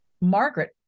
Margaret